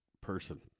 person